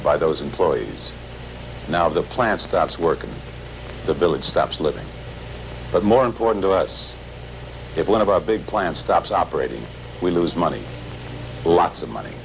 by those employees now the plan stops working the bill it stops living but more important to us that one of our big plan stops operating we lose money lots of money